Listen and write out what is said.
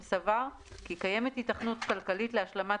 אם סבר כי קיימת היתכנות כלכלית להשלמת